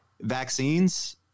vaccines